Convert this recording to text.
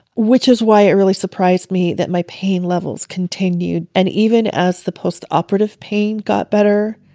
which is why it really surprised me that my pain levels continued. and even as the post operative pain got better.